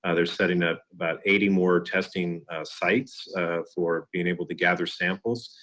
ah they're setting up about eighty more testing sites for being able to gather samples.